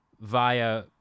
via